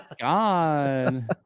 god